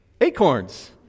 acorns